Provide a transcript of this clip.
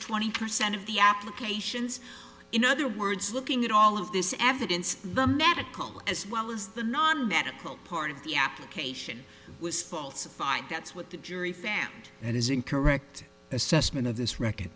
twenty percent of the applications in other words looking at all of this evidence the medical as well as the non medical part of the application was falsified that's what the jury fam that is in correct assessment of this record